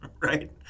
right